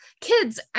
kids